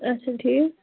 اَچھا ٹھیٖک